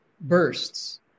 bursts